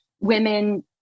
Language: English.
women